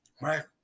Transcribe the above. right